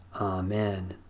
Amen